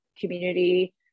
community